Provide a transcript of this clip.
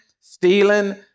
stealing